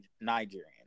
Nigerian